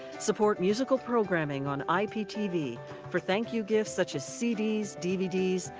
support musical programming on iptv for thank you gifts such as cdc, dvds,